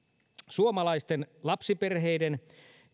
suomalaisten lapsiperheiden